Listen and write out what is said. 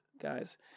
guys